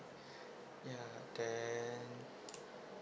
ya then